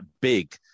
big